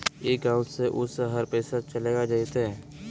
ई गांव से ऊ शहर पैसा चलेगा जयते?